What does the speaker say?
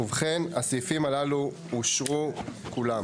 ובכן, הסעיפים הללו אושרו כולם.